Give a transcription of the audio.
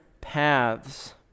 paths